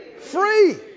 free